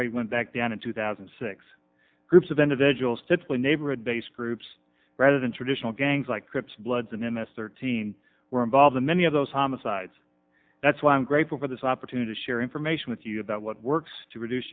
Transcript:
right went back down in two thousand and six groups of individuals typically neighborhood based groups rather than traditional gangs like crips bloods and m s thirteen were involved in many of those homicides that's why i'm grateful for this opportunity to share information with you about what works to reduce